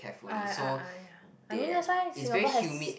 I I I I mean that's why Singapore has